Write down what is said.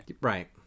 Right